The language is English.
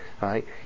right